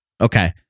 okay